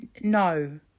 No